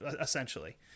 essentially